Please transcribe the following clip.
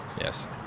Yes